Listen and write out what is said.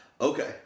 Okay